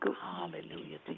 Hallelujah